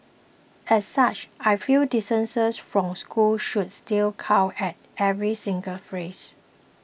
as such I feel distances from school should still count at every single phrase